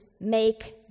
make